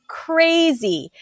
crazy